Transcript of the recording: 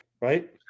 Right